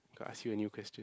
I ask you a new question